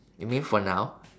you mean for now